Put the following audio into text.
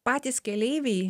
patys keleiviai